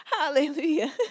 Hallelujah